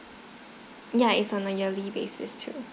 ya it's on a yearly basis too